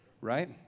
right